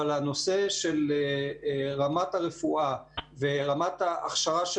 אבל הנושא של רמת הרפואה ורמת ההכשרה של